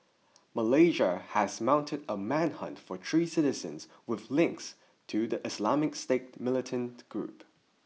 Malaysia has mounted a manhunt for three citizens with links to the Islamic State militant group